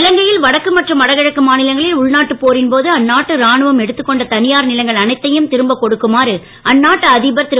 இலங்கையில் வடக்கு மற்றும் வடகிழக்கு மாநிலங்களில் உள்நாட்டு போரின் போது அந்நாட்டு ராணுவம் எடுத்துக்கொண்ட தனியார் நிலங்கள் அனைத்தையும் திரும்பக் கொடுக்குமாறு அந்நாட்டு அதிபர் திரு